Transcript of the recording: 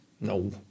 No